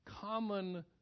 common